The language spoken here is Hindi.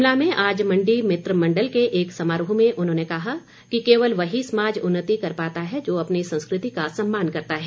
शिमला में आज मण्डी मित्रमण्डल के एक समारोह में उन्होंने कहा कि केवल वही समाज उन्नति कर पाता है जो अपनी संस्कृति का सम्मान करता है